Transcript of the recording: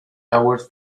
hours